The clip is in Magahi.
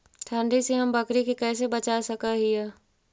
ठंडी से हम बकरी के कैसे बचा सक हिय?